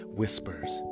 whispers